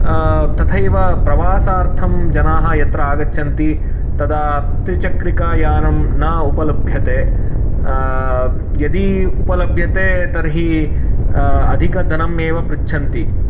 तथैव प्रवासार्थं जनाः यत्र आगच्छन्ति तदा त्रिचक्रिका यानं न उपलभ्यते यदि उपलभ्यते तर्हि अधिकधनम् एव पृच्छन्ति